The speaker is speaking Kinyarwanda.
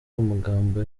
amagambo